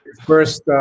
first